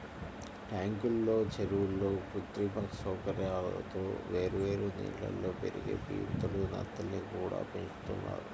ట్యాంకుల్లో, చెరువుల్లో కృత్రిమ సౌకర్యాలతో వేర్వేరు నీళ్ళల్లో పెరిగే పీతలు, నత్తల్ని కూడా పెంచుతున్నారు